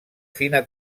fina